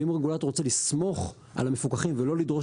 ואם רגולטור רוצה לסמוך על המפוקחים ולא לדרוש